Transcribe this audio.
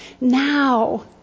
now